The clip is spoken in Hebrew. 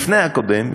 לפני הקודם,